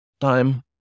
time